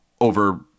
over